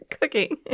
cooking